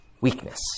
weakness